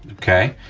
okay.